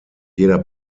jeder